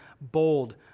bold